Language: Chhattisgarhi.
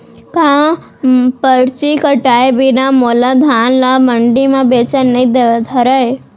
का परची कटाय बिना मोला धान ल मंडी म बेचन नई धरय?